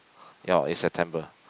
ya in September